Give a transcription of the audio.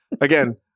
again